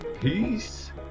Peace